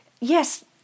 yes